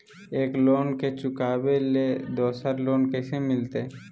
एक लोन के चुकाबे ले दोसर लोन कैसे मिलते?